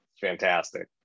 fantastic